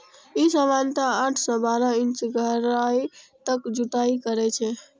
ई सामान्यतः आठ सं बारह इंच गहराइ तक जुताइ करै छै